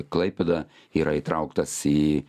klaipėda yra įtrauktas į